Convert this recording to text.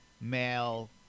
male